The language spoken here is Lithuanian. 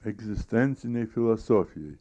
egzistencinėj filosofijoj